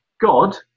God